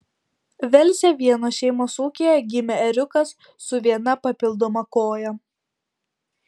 velse vienos šeimos ūkyje gimė ėriukas su viena papildoma koja